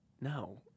No